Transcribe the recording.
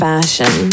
Fashion